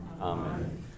Amen